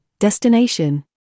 destination